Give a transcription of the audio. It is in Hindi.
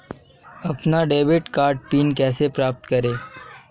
अपना डेबिट कार्ड पिन कैसे प्राप्त करें?